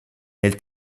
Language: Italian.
nel